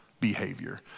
behavior